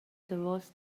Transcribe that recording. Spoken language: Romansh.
davos